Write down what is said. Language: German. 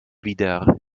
wieder